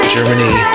Germany